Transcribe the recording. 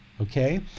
okay